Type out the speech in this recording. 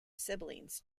siblings